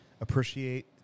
appreciate